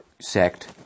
sect